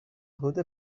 حدود